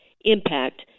impact